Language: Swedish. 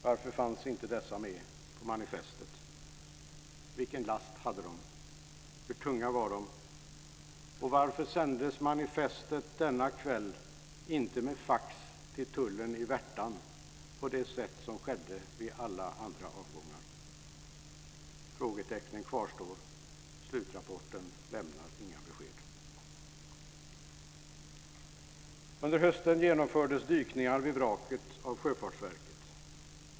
Varför fanns inte dessa med på manifestet, vilken last hade de, hur tunga var de och varför sändes manifestet denna kväll inte med fax till tullen i Värtan, på det sätt som skedde vid alla andra avgångar? Frågetecknen kvarstår, slutrapporten lämnar inga besked. Under hösten genomfördes dykningar vid vraket av Sjöfartsverket.